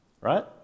right